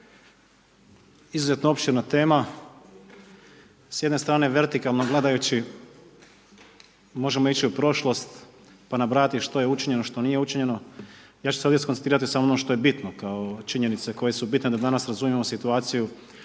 Izuzetno opširna tema, s jedne strane vertikalno gledajući možemo ići u prošlost pa nabrajati što je učinjeno, što nije učinjeno, ja ću se ovdje skoncentrirati samo na ono što je bitno kao činjenice koje su bitne da danas razumijemo situaciju